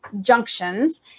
junctions